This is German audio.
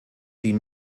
die